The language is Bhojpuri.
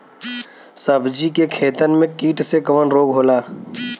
सब्जी के खेतन में कीट से कवन रोग होला?